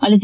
ಅಲ್ಲದೆ